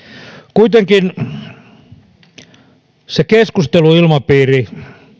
kuitenkaan se keskusteluilmapiiri